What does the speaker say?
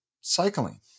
cycling